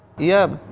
yeah,